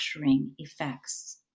effects